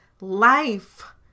life